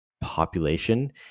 population